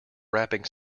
wrapping